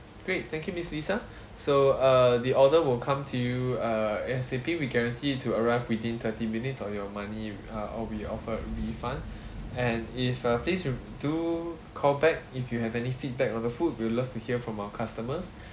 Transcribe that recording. great thank you miss lisa so uh the order will come to you uh A_S_A_P we guarantee to arrive within thirty minutes or your money uh or we offer a refund and if uh please do call back if you have any feedback on the food we would love to hear from our customers